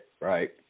right